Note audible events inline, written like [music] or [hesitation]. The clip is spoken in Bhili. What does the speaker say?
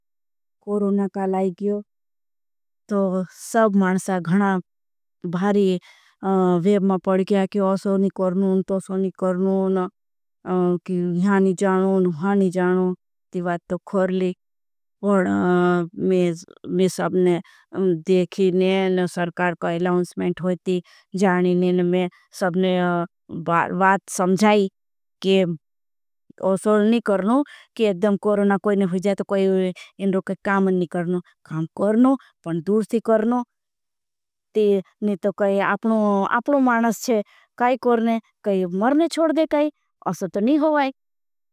कोरोना का लाई कियो तो सब मानसा घणा भारी वेव मां पड़ी किया। कि आसोनी करनो तोसोनी करनो कि [hesitation] यहाँ नी जानो। नुहाँ नी जानो ती बात तो खर ली [hesitation] मैं सबने देखी ने। सरकार का एलाउंस्मेंट होती जानी ने मैं सबने बात समझाई कि। आसोनी करनो कि एधम कोरोना कोई ने हुझाए तो इन्रो काम नी। करनो काम करनो पण दूर सी करनो नी तो कही [hesitation] आपनो मानस छे काई करने कही मरने छोड़ दे काई असा तो नी हो।